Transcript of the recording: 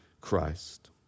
Christ